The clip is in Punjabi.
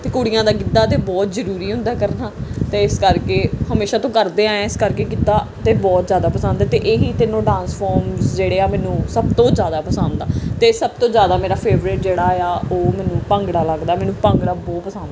ਅਤੇ ਕੁੜੀਆਂ ਦਾ ਗਿੱਧਾ ਤਾਂ ਬਹੁਤ ਜ਼ਰੂਰੀ ਹੁੰਦਾ ਕਰਨਾ ਅਤੇ ਇਸ ਕਰਕੇ ਹਮੇਸ਼ਾ ਤੋਂ ਕਰਦੇ ਆਏ ਆ ਇਸ ਕਰਕੇ ਗਿੱਧਾ ਤਾਂ ਬਹੁਤ ਜ਼ਿਆਦਾ ਪਸੰਦ ਹੈ ਅਤੇ ਇਹੀ ਤਿੰਨੋ ਡਾਂਸ ਫੋਰਮਸ ਜਿਹੜੇ ਆ ਮੈਨੂੰ ਸਭ ਤੋਂ ਜ਼ਿਆਦਾ ਪਸੰਦ ਆ ਅਤੇ ਸਭ ਤੋਂ ਜ਼ਿਆਦਾ ਮੇਰਾ ਫੇਵਰੇਟ ਜਿਹੜਾ ਆ ਉਹ ਮੈਨੂੰ ਭੰਗੜਾ ਲੱਗਦਾ ਮੈਨੂੰ ਭੰਗੜਾ ਬਹੁਤ ਪਸੰਦ ਆ